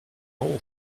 all